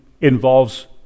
involves